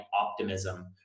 optimism